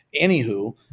Anywho